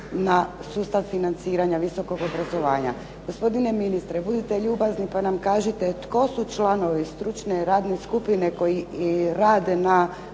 na sustav financiranja visokog obrazovanja. Gospodine ministre budite ljubazni pa nam kažite tko su članovi stručne radne skupine koji rade na